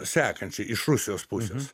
sekančiai iš rusijos pusės